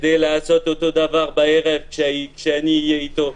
כדי לעשות אותו דבר בערב כשאני אהיה איתו.